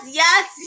yes